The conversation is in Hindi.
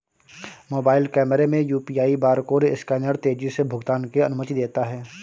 मोबाइल कैमरे में यू.पी.आई बारकोड स्कैनर तेजी से भुगतान की अनुमति देता है